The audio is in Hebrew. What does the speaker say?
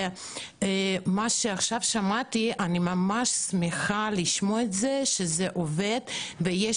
אני ממש שמחה לשמוע שזה עובד ויש